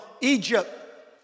Egypt